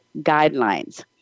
guidelines